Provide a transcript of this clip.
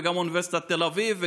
וגם אוניברסיטת תל אביב,